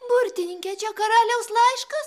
burtininke čia karaliaus laiškas